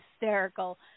hysterical